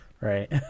Right